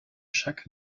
chaque